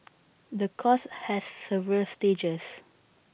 the course has several stages